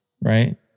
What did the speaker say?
Right